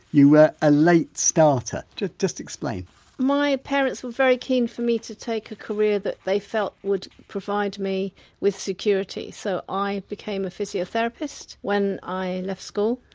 you were a late starter. just explain my parents were very keen for me to take a career that they felt would provide me with security. so, i became a physiotherapist when i left school.